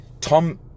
Tom